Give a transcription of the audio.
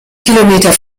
kilometer